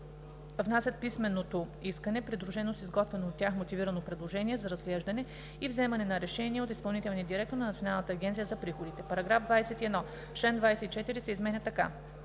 внасят писменото искане, придружено с изготвено от тях мотивирано предложение, за разглеждане и вземане на решение от изпълнителния директор на Националната агенция за приходите.“ § 21. Член 24 се изменя така: